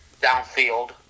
downfield